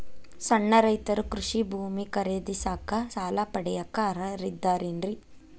ಸಣ್ಣ ರೈತರು ಕೃಷಿ ಭೂಮಿ ಖರೇದಿಸಾಕ, ಸಾಲ ಪಡಿಯಾಕ ಅರ್ಹರಿದ್ದಾರೇನ್ರಿ?